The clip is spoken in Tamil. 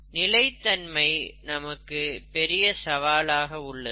நிலைத்தன்மை நமக்கு பெரிய சவாலாக உள்ளது